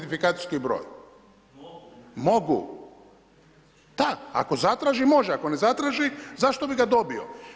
Da, ako zatraži može, ako ne zatraži zašto bi ga dobio.